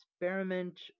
experiment